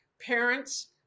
parents